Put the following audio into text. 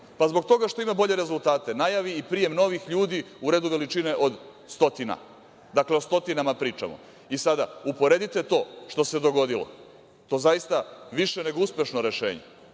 pa zbog toga što ima bolje rezultate najavi i prijem novih ljudi u redu veličine od stotina, dakle, o stotinama pričamo. Sada, uporedite to što se dogodilo, to je zaista više nego uspešno rešenje